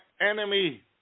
enemy